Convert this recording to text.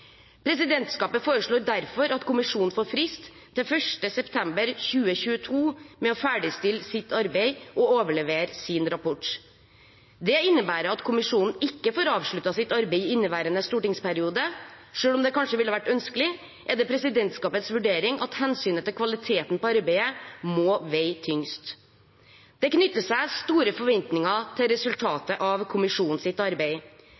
Presidentskapet foreslår derfor at kommisjonen får frist til 1. september 2022 med å ferdigstille sitt arbeid og overlevere sin rapport. Det innebærer at kommisjonen ikke får avsluttet sitt arbeid i inneværende stortingsperiode. Selv om det kanskje ville vært ønskelig, er det presidentskapets vurdering at hensynet til kvaliteten på arbeidet må veie tyngst. Det knytter seg store forventninger til resultatet av kommisjonens arbeid.